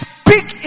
speak